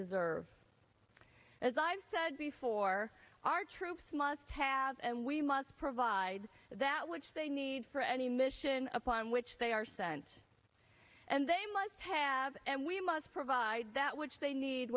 deserve as i've said before our troops must have and we must provide that which they need for any mission upon which they are sent and they must have and we must provide that which they need